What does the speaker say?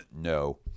No